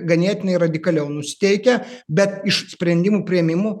ganėtinai radikaliau nusiteikę bet iš sprendimų priėmimų